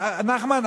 נחמן,